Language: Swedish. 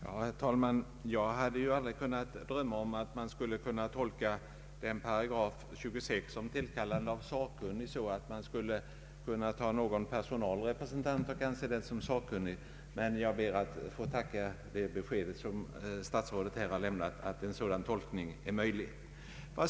Herr talman! Jag hade ju aldrig kunnat drömma om att tolka 26 §, om tillkallande av sakkunnig, så att suppleanten för en personalrepresentant skulle kunna tillkallas i denna egenskap och därvid betraktas som sakkunnig. Jag ber att få tacka för det besked som statsrådet lämnade, nämligen att en sådan tolkning är möjlig.